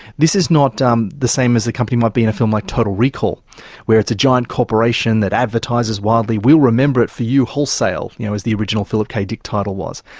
this is not um the same as the company might be in a film like total recall where it's a giant corporation that advertises wildly we will remember it for you wholesale, you know as the original philip k dick title was.